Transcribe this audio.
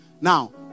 Now